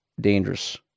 dangerous